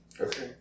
Okay